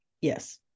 yes